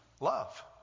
Love